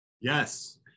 Yes